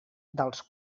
dels